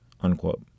Unquote